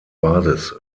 basis